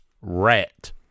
Rat